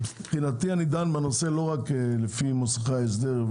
מבחינתי אני דן בנושא לא רק על מוסכי ההסדר,